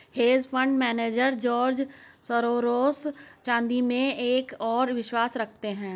hedge fund manager George Soros चांदी में एक और विश्वास रखते हैं